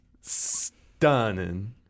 stunning